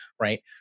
right